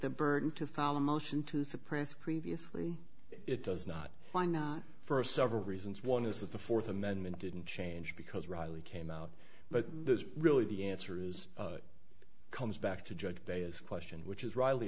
the burden to file a motion to suppress previously it does not why not for several reasons one is that the fourth amendment didn't change because riley came out but there's really the answer is it comes back to judge day as question which is riley